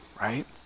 right